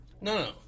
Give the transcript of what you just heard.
no